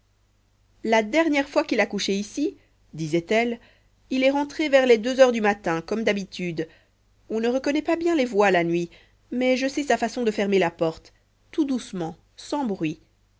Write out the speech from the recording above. la dernière fois qu'il a couché ici disait-elle il est rentré vers les deux heures du matin comme d'habitude on ne reconnaît pas bien les voix la nuit mais je sais sa façon de fermer la porte tout doucement sans bruit